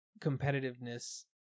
competitiveness